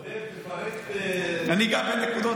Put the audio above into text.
עודד, תפרט, אני אגע בנקודות.